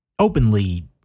openly